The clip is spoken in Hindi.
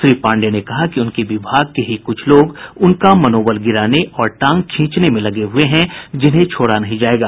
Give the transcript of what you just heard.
श्री पाण्डेय ने कहा कि उनके विभाग के ही कुछ लोग उनका मनोबल गिराने और टांग खींचने में लगे हुये हैं जिन्हें छोड़ा नहीं जायेगा